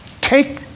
take